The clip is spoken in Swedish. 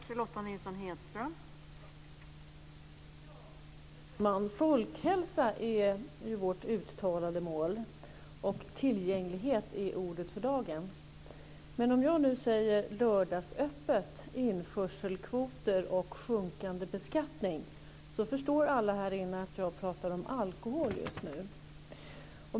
Fru talman! Folkhälsa är ju vårt uttalade mål, och tillgänglighet är ordet för dagen. Men om jag nu säger lördagsöppet, införselkvoter och sjunkande beskattning förstår alla här inne att jag nu pratar om alkohol.